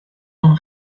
d’en